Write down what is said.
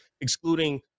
excluding